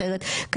ממשלה,